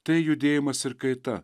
tai judėjimas ir kaita